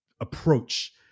approach